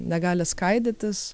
negali skaidytis